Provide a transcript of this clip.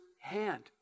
hand